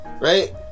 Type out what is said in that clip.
right